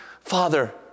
Father